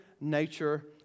nature